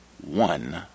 one